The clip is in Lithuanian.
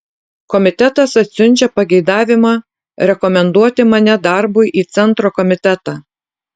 komitetas atsiunčia pageidavimą rekomenduoti mane darbui į centro komitetą